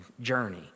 journey